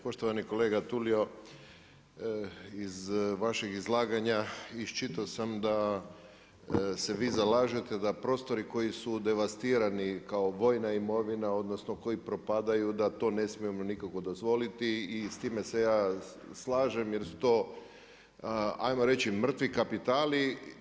Poštovani kolega Tulio, iz vašeg izlaganja iščitao sam da se vi zalažete da prostori koji su devastirani kao vojna imovina odnosno koji propadaju da to ne smijemo nikako dozvoliti i s time se ja slažem jer su to ajmo reći, mrtvi kapitali.